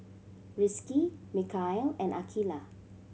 Rizqi Mikhail and Aqeelah